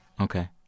Okay